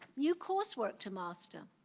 new coursework to master.